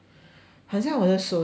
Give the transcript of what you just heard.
很像我的手也是